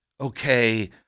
okay